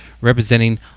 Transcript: representing